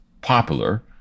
popular